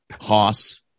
hoss